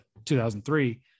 2003